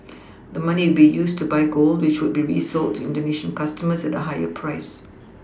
the money would be used to buy gold which would be resold to indonesian customers at a higher price